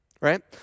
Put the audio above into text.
right